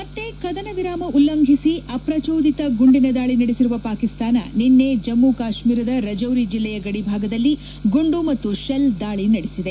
ಮತ್ತೆ ಕದನ ವಿರಾಮ ಉಲ್ಲಂಘಿಸಿ ಅಪ್ರಚೋದಿತ ಗುಂಡಿನ ದಾಳಿ ನಡೆಸಿರುವ ಪಾಕಿಸ್ತಾನ ನಿನ್ನೆ ಜಮ್ಮ ಕಾಶ್ಮೀರದ ರಜೌರಿ ಜಿಲ್ಲೆಯ ಗಡಿ ಭಾಗದಲ್ಲಿ ಗುಂಡು ಮತ್ತು ಶೆಲ್ ದಾಳಿ ನಡೆಸಿದೆ